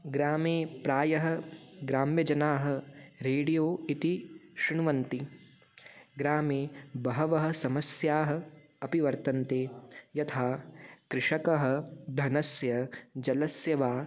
ग्रामे प्रायः ग्राम्यजनाः रेडियो इति शृण्वन्ति ग्रामे बह्व्यः समस्याः अपि वर्तन्ते यथा कृषकः धनस्य जलस्य वा